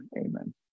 amen